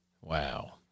Wow